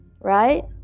right